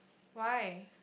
why